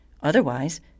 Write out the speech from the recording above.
Otherwise